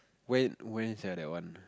when when sia that one